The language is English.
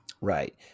Right